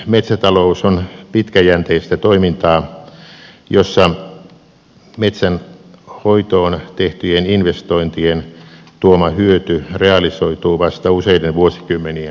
metsätalous on pitkäjänteistä toimintaa jossa metsänhoitoon tehtyjen investointien tuoma hyöty realisoituu vasta useiden vuosikymmenien päästä